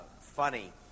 funny